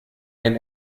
ein